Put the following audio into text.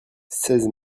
seize